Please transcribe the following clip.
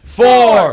four